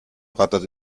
rattert